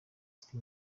city